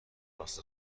راست